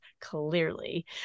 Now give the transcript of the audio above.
clearly